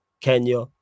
Kenya